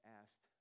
asked